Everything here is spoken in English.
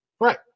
Right